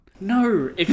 No